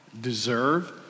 deserve